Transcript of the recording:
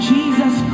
Jesus